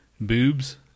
Boobs